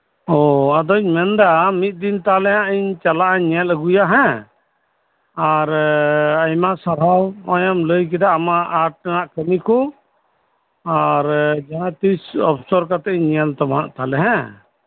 ᱟᱫᱚᱧ ᱢᱮᱱᱫᱟ ᱢᱤᱫ ᱫᱤᱱ ᱛᱟᱞᱦᱮ ᱦᱟᱸᱜ ᱤᱧ ᱪᱟᱞᱟᱜᱼᱟ ᱧᱮᱞ ᱟᱜᱩᱭᱟ ᱦᱮᱸ ᱟᱨ ᱟᱭᱢᱟ ᱥᱟᱨᱦᱟᱣ ᱱᱚᱜᱼᱚᱭᱳᱢ ᱞᱟᱹᱭ ᱠᱮᱜᱼᱟ ᱟᱢᱟᱜ ᱟᱨᱴ ᱨᱮᱱᱟᱜ ᱠᱟᱢᱤ ᱠᱚ ᱟᱨ ᱡᱟᱦᱟᱸᱛᱤᱥ ᱚᱯᱥᱚᱨ ᱠᱟᱛᱮ ᱤᱧ ᱧᱮᱞ ᱛᱟᱢᱟ ᱠᱟᱢᱤ ᱠᱚ ᱦᱮᱸ